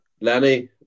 Lenny